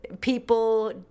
people